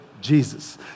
Jesus